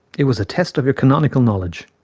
it was a test of your canonical knowledge.